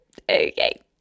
okay